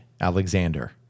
alexander